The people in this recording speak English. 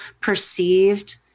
perceived